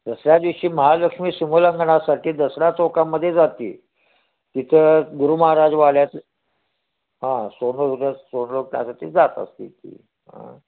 दसऱ्या दिवशी महालक्ष्मी सीमोल्लंघनासाठी दसरा चौकामध्ये जाते तिथं गुरु महाराज वाल्यात हां सोनंसुद्धा सोनं त्यासाठी जात असते ती हं